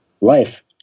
life